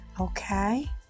Okay